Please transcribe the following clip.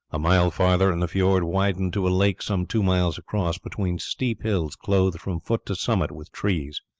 a mile farther and the fiord widened to a lake some two miles across between steep hills clothed from foot to summit with trees.